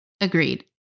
Agreed